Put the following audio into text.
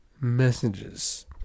Messages